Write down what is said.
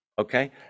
Okay